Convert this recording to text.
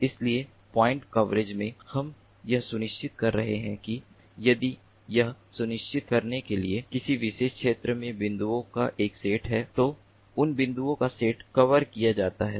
इसलिए point coverage में हम जो कर रहे हैं हम यह सुनिश्चित कर रहे हैं कि यदि यह सुनिश्चित करने के लिए किसी विशेष क्षेत्र में बिंदुओं का एक सेट है तो उन बिंदुओं का सेट कवर किया जाता है